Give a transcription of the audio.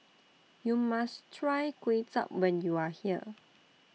YOU must Try Kway Chap when YOU Are here